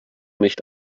nicht